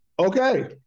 Okay